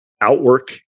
outwork